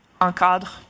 encadre